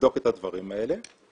לבדוק את הדברים האלה.